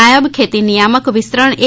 નાયબ ખેતી નિયામક વિસ્તરણ એ